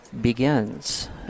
begins